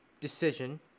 decision